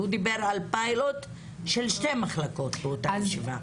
הוא דיבר על פיילוט של שתי מחלקות באותה ישיבה.